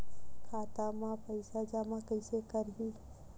खाता म पईसा जमा कइसे करही?